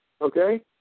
Okay